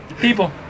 people